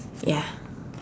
ya